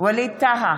ווליד טאהא,